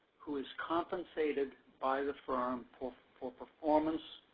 who is compensated by the firm for performance